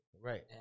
Right